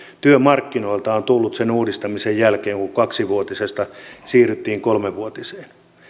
työmarkkinoilta on tullut sen uudistamisen jälkeen kun kaksivuotisesta siirryttiin kolmivuotiseen